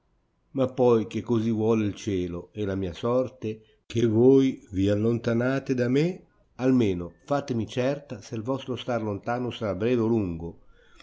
ma poi che così vuol il cielo e la mia sorte che voi vi allontanate da me almeno fatemi certa se il vostro star lontano sarà breve o lungo